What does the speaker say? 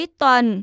tuần